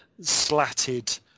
slatted